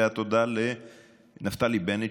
ותודה לנפתלי בנט,